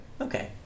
Okay